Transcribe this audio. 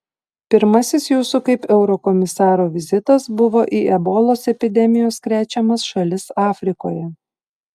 pirmasis jūsų kaip eurokomisaro vizitas buvo į ebolos epidemijos krečiamas šalis afrikoje